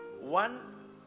One